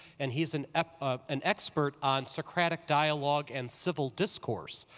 and he's an um an expert on socratic dialogue and civil discourse,